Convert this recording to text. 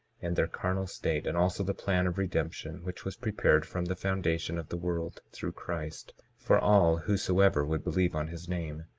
and their carnal state and also the plan of redemption, which was prepared from the foundation of the world, through christ, for all whosoever would believe on his name.